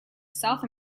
south